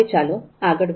ચાલો હવે આગળ વધીએ